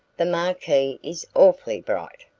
the marquis is awfully bright.